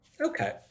Okay